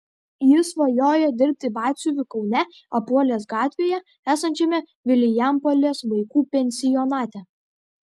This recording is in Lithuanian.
jis svajoja dirbti batsiuviu kaune apuolės gatvėje esančiame vilijampolės vaikų pensionate